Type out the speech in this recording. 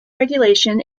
regulation